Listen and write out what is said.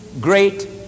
great